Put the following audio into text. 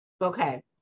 Okay